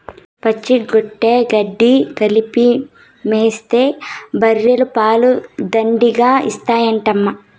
పచ్చిరొట్ట గెడ్డి కలిపి మేతేస్తే బర్రెలు పాలు దండిగా ఇత్తాయంటమ్మా